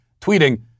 tweeting